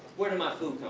where do my food